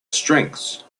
strengths